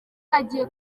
agiye